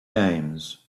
names